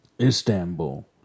Istanbul